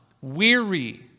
weary